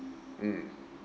mm